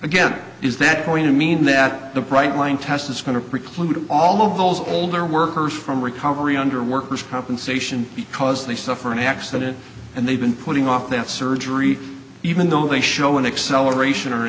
again is that going to mean that the bright line test is going to preclude all of those older workers from recovery under workers compensation because they suffer an accident and they've been putting off that surgery even though they show an acceleration or